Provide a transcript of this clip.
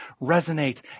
resonate